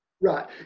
right